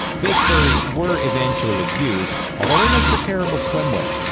fake furs were eventually used, although they make for terrible swimwear.